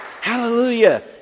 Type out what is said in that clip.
Hallelujah